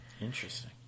Interesting